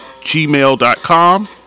gmail.com